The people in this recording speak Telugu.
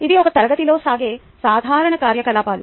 ఇవి ఒక తరగతిలో సాగే సాధారణ కార్యకలాపాలు